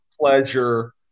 pleasure